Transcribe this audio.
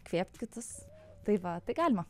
įkvėpt kitus tai va tai galima